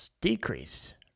decreased